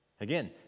Again